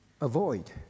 avoid